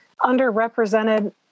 underrepresented